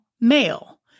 male